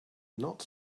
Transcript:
not